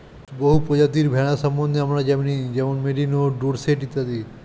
বহু প্রজাতির ভেড়া সম্বন্ধে আমরা জানি যেমন মেরিনো, ডোরসেট ইত্যাদি